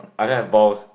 I don't have balls